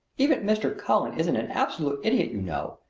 even mr. cullen isn't an absolute idiot, you know,